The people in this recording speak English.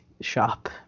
shop